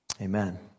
Amen